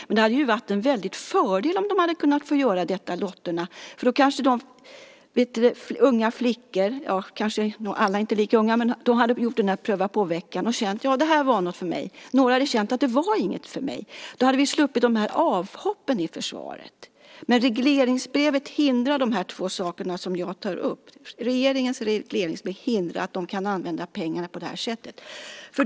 Men det hade ju varit en väldig fördel om till exempel Lottorna kunde ha fått göra det, för då kanske unga flickor - ja, alla kanske inte är lika unga - kunde ha fått göra en prova-på-vecka och känna: Ja, det här var något för mig! Några hade också känt: Det här var inget för mig! Då hade vi sluppit de här avhoppen i försvaret. Men regleringsbrevet hindrar de här två sakerna som jag tar upp. Regeringens regleringsbrev hindrar organisationerna från att använda sina pengar på det här sättet.